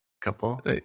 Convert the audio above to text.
couple